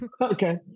Okay